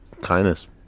kindness